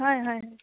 হয় হয়